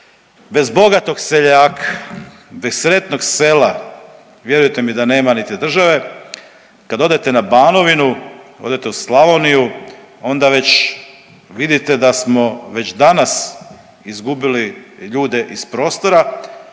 Bez bogatog seljaka, bez sretnog sela, vjerujte mi da nema niti države. Kad odete na Banovinu, odete u Slavoniju onda već vidite da smo već danas izgubili ljude iz prostora,